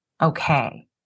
okay